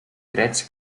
drets